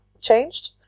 changed